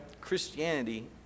Christianity